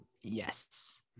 yes